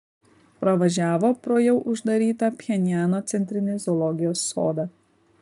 pravažiavo pro jau uždarytą pchenjano centrinį zoologijos sodą